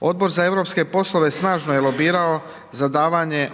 Odbor za europske poslove snažno je lobirao za davanje